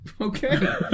Okay